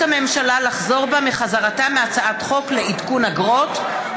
הממשלה לחזור בה מחזרתה מהצעת חוק לעדכון אגרות,